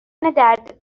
درد